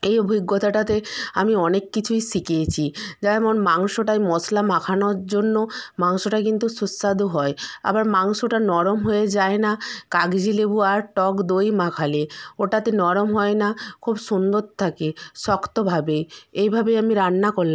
এই অভিজ্ঞতাটাতে আমি অনেক কিছুই শিখিয়েছি যেমন মাংসটায় মশলা মাখানোর জন্য মাংসটায় কিন্তু সুস্বাদু হয় আবার মাংসটা নরম হয়ে যায় না কাগজি লেবু আর টক দই মাখালে ওটাতে নরম হয়না খুব সুন্দর থাকে শক্তভাবে এইভাবেই আমি রান্না কল